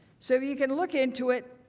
so if you can look into it,